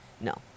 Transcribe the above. No